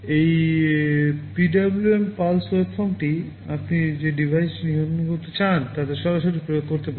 এই PWM pulse ওয়েভফর্মটি আপনি যে ডিভাইসটি নিয়ন্ত্রণ করতে চান তাতে সরাসরি প্রয়োগ করতে পারেন